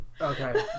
Okay